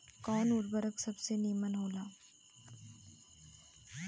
कवन उर्वरक सबसे नीमन होला?